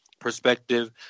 perspective